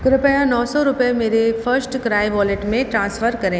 कृपया नौ सौ रुपये मेरे फर्स्टक्राय वॉलेट में ट्रांसफ़र करें